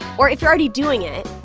or if you're already doing it,